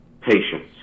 patience